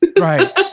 Right